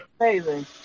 Amazing